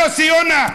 יוסי יונה,